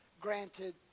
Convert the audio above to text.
granted